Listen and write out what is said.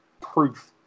proof